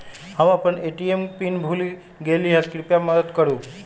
हम अपन ATM pin भूल गेली ह, कृपया मदत करू